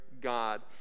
God